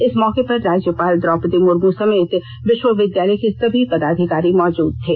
इस मौके पर राज्यपाल द्रौपद्री मुर्मू समेत विष्वविद्यालय के सभी पदाधिकारी मौजूद थे